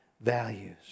values